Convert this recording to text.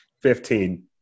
Fifteen